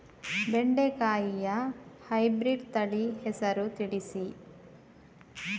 ಬೆಂಡೆಕಾಯಿಯ ಹೈಬ್ರಿಡ್ ತಳಿ ಹೆಸರು ತಿಳಿಸಿ?